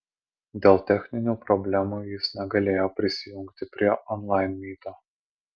dėl techninių problemų jis negalėjo prisijungti prie onlain myto